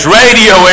radio